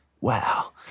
wow